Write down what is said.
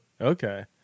Okay